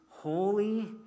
Holy